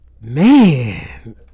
man